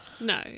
No